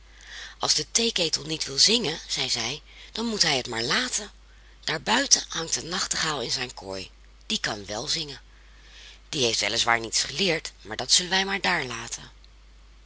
als de theeketel niet wil zingen zeide zij dan moet hij het maar laten daar buiten hangt een nachtegaal in zijn kooi die kan wel zingen die heeft wel is waar niets geleerd maar dat zullen wij maar daar laten